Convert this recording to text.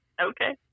Okay